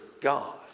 God